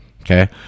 okay